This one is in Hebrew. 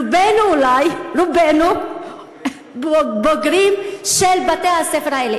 רובנו אולי בוגרים של בתי-הספר האלה.